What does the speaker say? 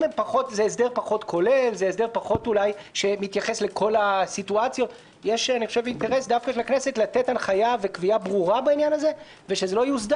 מישהו הפיק בבית שלו בעצמו ומעלה את זה בעמוד שלו ותו לא,